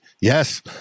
Yes